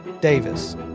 Davis